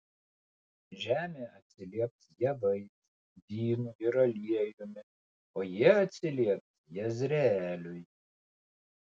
žemė atsilieps javais vynu ir aliejumi o jie atsilieps jezreeliui